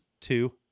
two